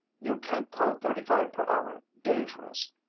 you can't call thirty-five per hour dangerous,